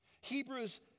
Hebrews